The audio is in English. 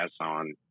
on